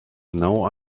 now